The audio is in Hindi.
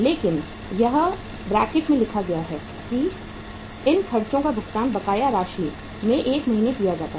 लेकिन यह ब्रैकेट में लिखा गया है कि इन खर्चों का भुगतान बकाया राशि में 1 महीने किया जाता है